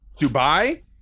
Dubai